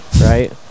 right